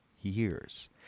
years